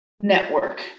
network